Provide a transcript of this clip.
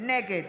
נגד